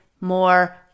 more